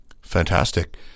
Fantastic